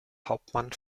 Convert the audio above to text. hauptmann